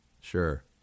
sure